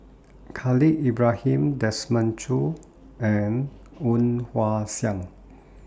Khalil Ibrahim Desmond Choo and Woon Wah Siang